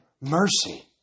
mercy